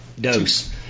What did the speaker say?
dose